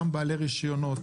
גם בעלי רישיונות